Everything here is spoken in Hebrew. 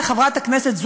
באמת, חברים, הגזמתם.